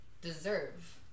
deserve